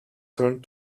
turned